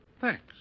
Thanks